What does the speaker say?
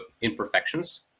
imperfections